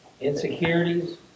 Insecurities